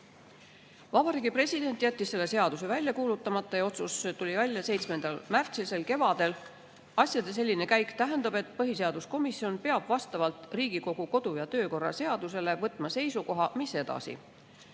President jättis selle seaduse välja kuulutamata ja otsus tehti 7. märtsil sel kevadel. Asjade selline käik tähendab, et põhiseaduskomisjon peab vastavalt Riigikogu kodu‑ ja töökorra seadusele võtma seisukoha, mis saab